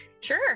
Sure